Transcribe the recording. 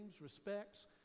respects